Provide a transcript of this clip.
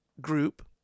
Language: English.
group